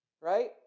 right